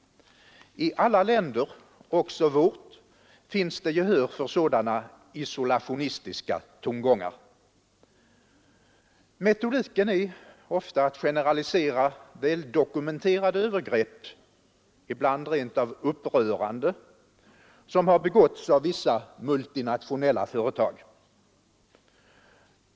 I alla länder också i vårt land — finns det gehör för sådana isolationistiska tongångar. Metodiken är ofta att generalisera väldokumenterade övergrepp — ibland helt upprörande — som har begåtts av vissa multinationella företag.